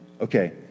Okay